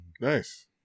Nice